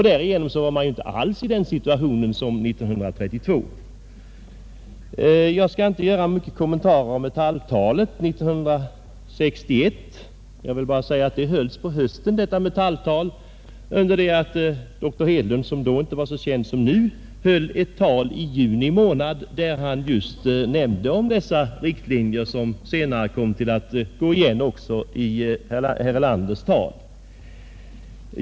Därigenom var situationen inte alls densamma som 1932. Jag skall inte mycket kommentera Metalltalet 1961. Jag vill bara säga att detta Metalltal hölls på hösten under det att dr Hedlund, som då inte var så känd som nu, höll ett tal i juni månad, i vilket han just nämnde de riktlinjer som senare kom att gå igen i herr Erlanders tal.